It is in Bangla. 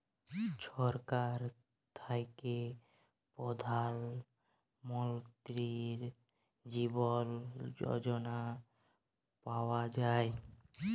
ছরকার থ্যাইকে পধাল মলতিরি জীবল যজলা পাউয়া যায়